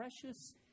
precious